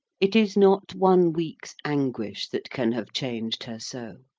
it is not one week's anguish that can have changed her so